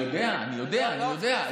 אני יודע, אני יודע.